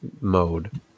mode